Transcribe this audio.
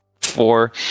Four